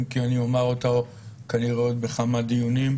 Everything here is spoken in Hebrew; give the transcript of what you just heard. אם כי אני אומר אותה כנראה עוד בכמה דיונים.